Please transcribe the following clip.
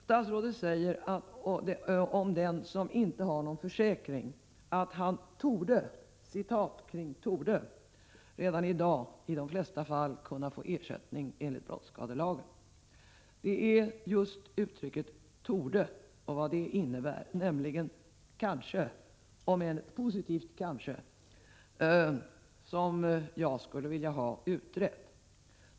Statsrådet säger om den som inte har någon försäkring, att han ”torde” redan i dag i de flesta fall kunna få ersättning enligt brottsskadelagen. Det är just uttrycket ”torde” och vad det innebär, nämligen kanske — om än ett positivt kanske — som jag vill ha utrett.